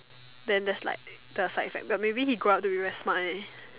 then there is like there was like is like maybe he grow up to be very smart leh